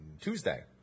Tuesday